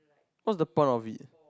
what's the point of it